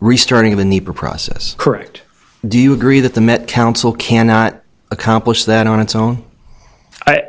restarting in the process correct do you agree that the met council cannot accomplish that on its own i